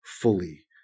fully